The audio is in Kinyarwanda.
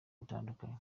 butandukanye